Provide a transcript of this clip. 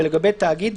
ולגבי תאגיד,